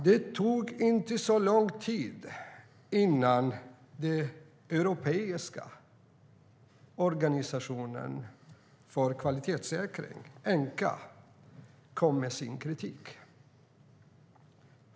Det tog inte lång tid innan den europeiska organisationen för kvalitetssäkring, Enqa, kom med sin kritik.